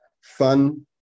Fun